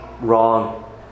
wrong